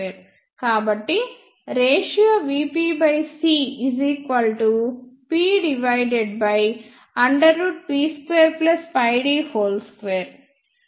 కాబట్టి ratio vpcpP2πd2